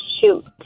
Shoot